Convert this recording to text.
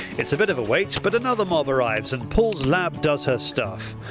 it's a bit of a wait but another mob arrives and paul's lab does her stuff.